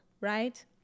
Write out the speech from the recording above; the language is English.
right